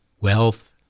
wealth